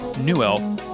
Newell